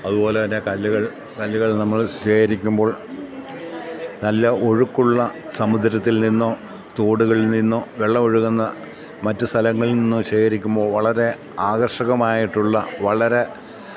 അതുപോലെ തന്നെ കല്ലുകൾ കല്ലുകൾ നമ്മള് ശേഖരിക്കുമ്പോൾ നല്ല ഒഴുക്കുള്ള സമുദ്രത്തിൽ നിന്നോ തോടുകളിൽ നിന്നോ വെള്ളമൊഴുകുന്ന മറ്റ് സ്ഥലങ്ങളിൽ നിന്നോ ശേഖരിക്കുമ്പോൾ വളരെ ആകർഷകമായിട്ടുള്ള വളരെ